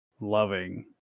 Loving